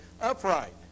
upright